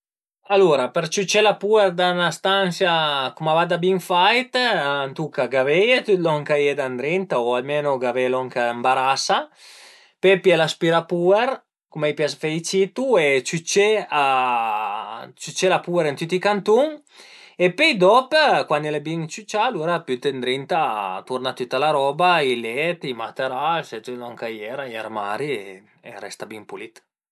Alura për ciüciè la puer da 'na stansia cum a va da bin fait a tuca gaveie tüt lon ch'a ie ëndrinta o almenu gavé lon ch'ambarasa, pöi pìe l'aspirapuer cum a i pias fe ai citu e ciücé a ciücé la puer ën tüti i cantun e pöi dop cuandi al e bin ciücià alura büte ëndrinta turna tüta la roba, i let, i materas e tüt lon ch'a i era, i armari e a resta bin pulid